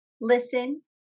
Listen